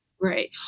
Right